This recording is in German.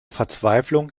verzweiflung